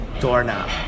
doorknob